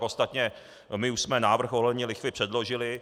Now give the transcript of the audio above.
Ostatně, my už jsme návrh ohledně lichvy předložili.